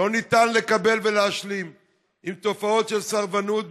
אי-אפשר לקבל ולהשלים עם תופעות של סרבנות,